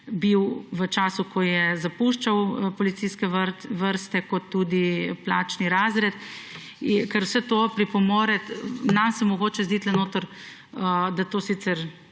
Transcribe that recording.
bil v času, ko je zapuščal policijske vrste, kot tudi v plačni razred, ker vse to pripomore. Nam se tu mogoče zdi, da je